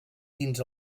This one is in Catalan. dins